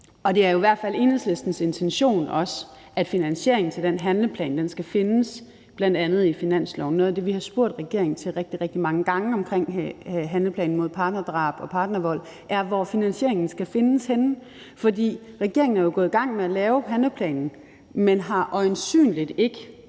det er jo i hvert fald Enhedslistens intention også, at finansieringen til den handleplan skal findes i bl.a. finansloven. Noget af det, vi har spurgt regeringen til rigtig, rigtig mange gange vedrørende handleplanen mod partnerdrab og partnervold, er, hvor finansieringen skal findes henne. Regeringen er gået i gang med at lave handleplanen, men har øjensynlig ikke